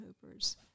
Hoopers